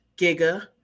Giga